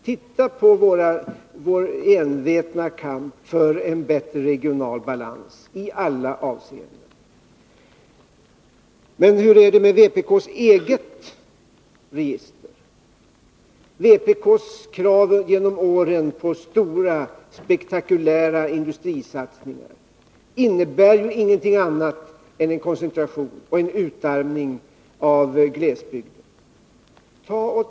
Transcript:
Titta på vår envetna kamp för en bättre regional balans i alla avseenden! Men hur är det med vpk:s eget register? Vpk:s krav genom åren på stora spektakulära industrisatsningar innebär ju ingenting annat än en koncentration och en utarmning av glesbygden.